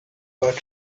but